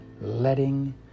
letting